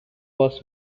was